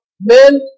men